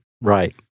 Right